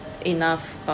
enough